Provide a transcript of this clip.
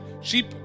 Sheep